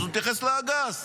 אז הוא מתייחס לאגס,